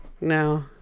No